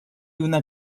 una